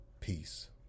Peace